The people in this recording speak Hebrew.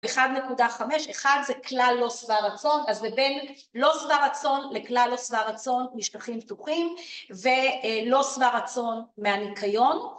1.5, 1 זה כלל לא שבע רצון, אז זה בין לא שבע רצון לכלל לא שבע רצון, משטחים פתוחים, ולא שבע רצון מהניקיון